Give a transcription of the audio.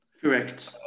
correct